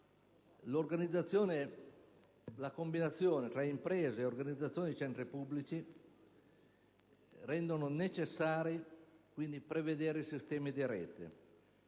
La combinazione tra imprese e organizzazione di centri pubblici rende dunque necessario prevedere sistemi di rete,